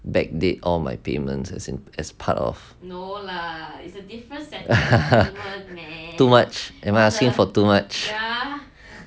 back date all my payments as in as part of too much am I asking for too much